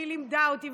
והיא לימדה אותי,